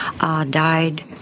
died